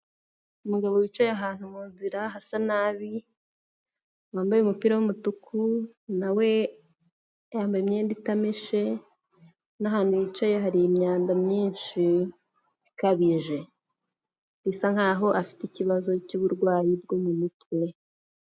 Umugabo wicaye ahantu mu nzira hasa nabi, wambaye umupira w'umutuku na we yambaye imyenda itameshe n'ahantu yicaye hari imyanda myinshi ikabije, bisa nkaho afite ikibazo cy'uburwayi bwo mu mutwe.